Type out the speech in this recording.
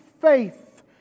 faith